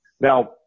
Now